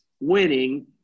winning